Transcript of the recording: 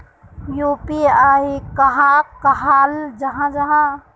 UPI कहाक कहाल जाहा जाहा?